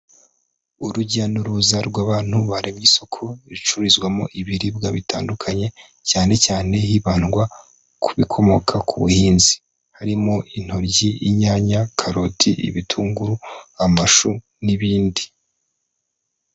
Urujya n'uruza rw'abantu baremye isoko ricururizwamo ibiribwa bitandukanye, cyane cyane hibandwa ku bikomoka ku buhinzi. Harimo intoryi, inyanya, karoti, ibitunguru, amashu n'ibindi.